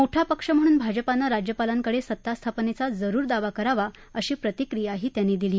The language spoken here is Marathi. मोठा पक्ष म्हणून भाजपानं राज्यपालांकडे सत्तास्थापनेचा जरुर दावा करावा अशी प्रतिक्रियाही त्यांनी दिली